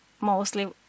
mostly